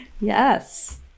Yes